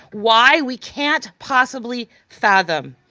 why we can't possibly fathom.